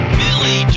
billy